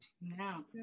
Now